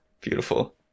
beautiful